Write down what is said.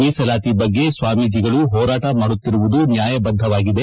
ಮೀಸಲಾತಿ ಬಗ್ಗೆ ಸ್ವಾಮೀಜಿಗಳ ಹೋರಾಟ ಮಾಡುತ್ತಿರುವುದು ನ್ಯಾಯಬದ್ಧವಾಗಿದೆ